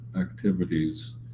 activities